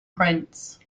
prince